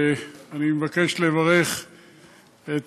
אני מבקש לברך את